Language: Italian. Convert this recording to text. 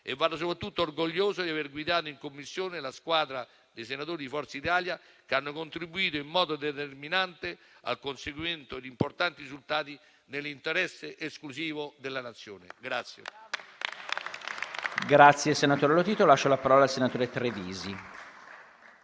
Vado soprattutto orgoglioso di aver guidato in Commissione la squadra dei senatori di Forza Italia che hanno contribuito in modo determinante al conseguimento di importanti risultati nell'interesse esclusivo della Nazione.